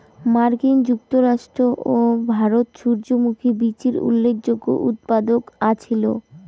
মার্কিন যুক্তরাষ্ট্র ও ভারত সূর্যমুখী বীচির উল্লেখযোগ্য উৎপাদক আছিল